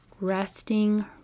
resting